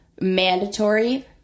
mandatory